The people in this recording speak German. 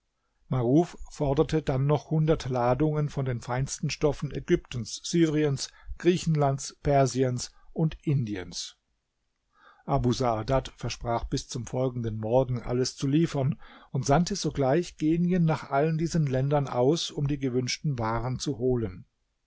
maruf forderte dann noch hundert ladungen von den feinsten stoffen ägyptens syriens griechenlands persiens und indiens abu saadat versprach bis zum folgenden morgen alles zu liefern und sandte sogleich genien nach allen diesen ländern aus um die gewünschten waren zu holen